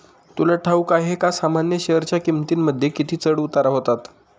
तुला ठाऊक आहे का सामान्य शेअरच्या किमतींमध्ये किती चढ उतार होतात